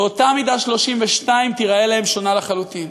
ואותה מידה 32 תיראה להם שונה לחלוטין.